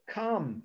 come